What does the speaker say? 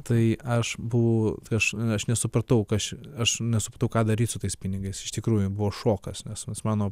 tai aš buvau aš aš nesupratau ką aš aš nesupratau ką daryt su tais pinigais iš tikrųjų buvo šokas nes nes mano